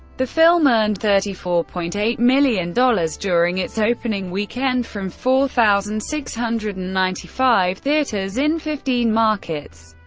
the film earned thirty four point eight million dollars during its opening weekend from four thousand six hundred and ninety five theaters in fifteen markets,